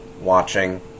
watching